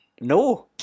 no